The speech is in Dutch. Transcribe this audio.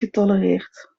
getolereerd